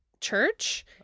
church